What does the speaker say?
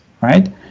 right